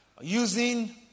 using